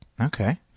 Okay